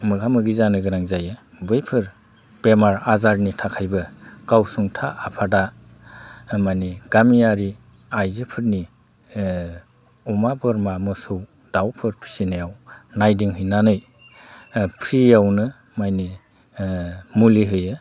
मोगा मोगि जानो गोनां जायो बैफोर बेमार आजारनि थाखायबो गावसुंथा आफादा मानि गामियारि आयजोफोरनि अमा बोरमा मोसौ दाउफोर फिसिनायाव नायदिं हैनानै फ्रियावनो मानि मुलि होयो